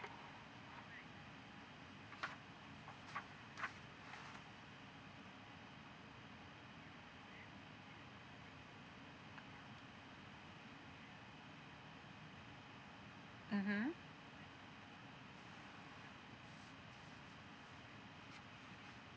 mmhmm